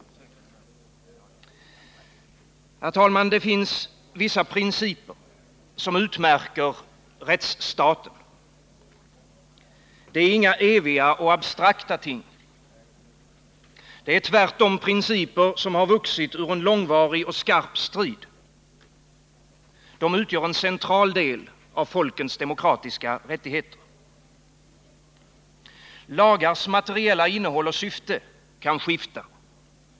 Herr talman! Det finns vissa principer, som utmärker rättsstaten. Det är inga eviga och abstrakta ting. Det är tvärtom principer, som vuxit ur en långvarig och skarp strid. De utgör en central del av folkens demokratiska rättigheter. Lagars materiella innehåll och syfte kan skifta.